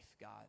God